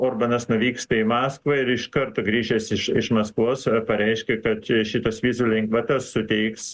orbanas nuvyksta į maskvą ir iš karto grįžęs iš iš maskvos pareiškia kad šitas vizų lengvatas suteiks